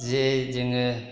जे जोङो